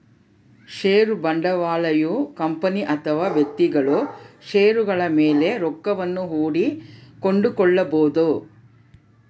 ಷೇರು ಬಂಡವಾಳಯು ಕಂಪನಿ ಅಥವಾ ವ್ಯಕ್ತಿಗಳು ಷೇರುಗಳ ಮೇಲೆ ರೊಕ್ಕವನ್ನು ಹೂಡಿ ಕೊಂಡುಕೊಳ್ಳಬೊದು